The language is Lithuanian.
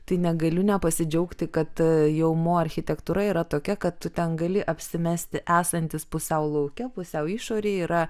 tai negaliu nepasidžiaugti kad jau mo architektūra yra tokia kad tu ten gali apsimesti esantis pusiau lauke pusiau išorėje yra